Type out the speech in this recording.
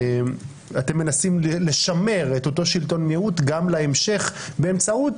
אתם מנסים לשמר את אותו שלטון מיעוט גם להמשך באמצעות